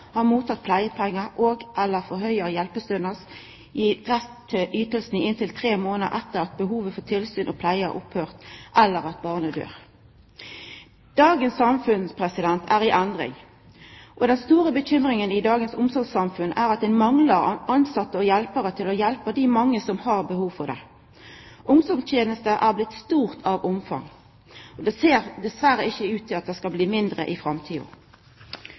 har teke imot pleiepengar og/eller auka hjelpestønad får rett til ytingar i inntil tre månader etter at behovet for tilsyn og pleie har teke slutt fordi barnet døyr. Dagens samfunn er i endring. Den store bekymringa ein har i dagens omsorgssamfunn er at ein manglar tilsette og folk til å hjelpa dei mange som har behov for det. Omsorgstenestene er blitt store i omfang, og det ser dessverre ikkje ut til at behovet blir mindre i framtida.